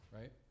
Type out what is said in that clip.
right